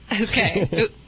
Okay